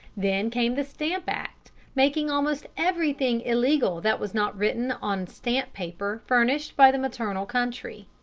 then came the stamp act, making almost everything illegal that was not written on stamp paper furnished by the maternal country.